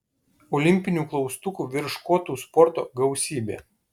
olimpinių klaustukų virš škotų sporto gausybė